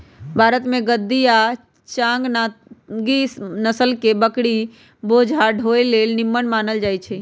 भारतके गद्दी आ चांगथागी नसल के बकरि बोझा ढोय लेल निम्मन मानल जाईछइ